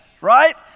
right